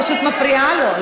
לא, לא, את פשוט מפריעה לו.